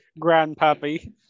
grandpappy